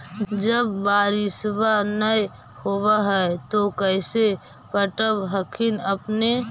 जब बारिसबा नय होब है तो कैसे पटब हखिन अपने?